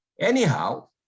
Anyhow